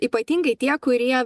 ypatingai tie kurie